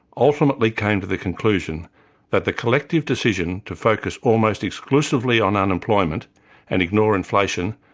ultimately came to the conclusion that the collective decision to focus almost exclusively on unemployment and ignore inflation,